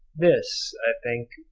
this, i think,